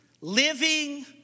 living